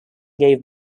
gave